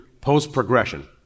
post-progression